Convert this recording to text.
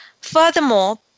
Furthermore